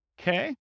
Okay